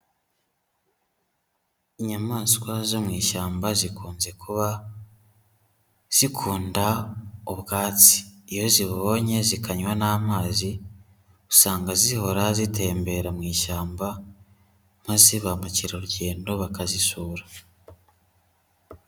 Inyamaswa zo mu ishyamba zikunze kuba zikunda ubwatsi, iyo zibonye zikanywa n'amazi usanga zihora zitembera mu ishyamba, maze ba mu kerarugendo bakazisura.